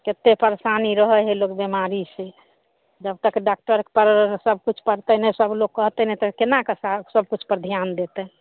केत्ते परसानी रहऽ है लोक बिमाड़ी से जबतक डाक्टर पर सबकुछ पड़तै नहि सब लोक कहतै नहि तऽ कोना कऽ सब किछु काज पर धिआन देतै